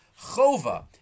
chova